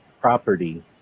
property